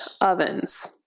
ovens